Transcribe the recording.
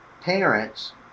parents